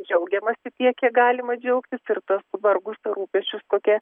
džiaugiamasi tiek kiek galima džiaugtis ir tuos vargus rūpesčius kokie